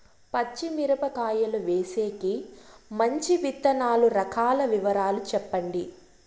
పచ్చి మిరపకాయలు వేసేకి మంచి విత్తనాలు రకాల వివరాలు చెప్పండి?